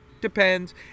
depends